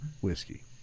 Whiskey